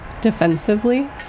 defensively